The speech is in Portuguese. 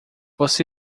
você